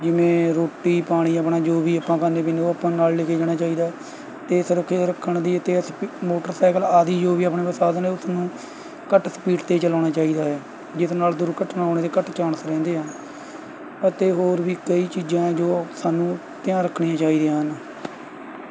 ਜਿਵੇਂ ਰੋਟੀ ਪਾਣੀ ਆਪਣਾ ਜੋ ਵੀ ਆਪਾਂ ਖਾਂਦੇ ਪੀਂਦੇ ਉਹ ਆਪਾਂ ਨੂੰ ਨਾਲ਼ ਲੈ ਕੇ ਜਾਣਾ ਚਾਹੀਦਾ ਹੈ ਅਤੇ ਸੁਰੱਖਿਆ ਰੱਖਣ ਦੀ ਅਤੇ ਅਸ ਮੋਟਰਸਾਈਕਲ ਆਦਿ ਜੋ ਵੀ ਆਪਣੇ ਕੋਲ ਸਾਧਨ ਹੈ ਉਸ ਨੂੰ ਘੱਟ ਸਪੀਡ 'ਤੇ ਚਲਾਉਣਾ ਚਾਹੀਦਾ ਹੈ ਜਿਸ ਨਾਲ ਦੁਰਘਟਨਾ ਹੋਣੇ ਦੇ ਘੱਟ ਚਾਣਸ ਰਹਿੰਦੇ ਆ ਅਤੇ ਹੋਰ ਵੀ ਕਈ ਚੀਜ਼ਾਂ ਏ ਜੋ ਸਾਨੂੰ ਧਿਆਨ ਰੱਖਣੀਆਂ ਚਾਹੀਦੀਆਂ ਹਨ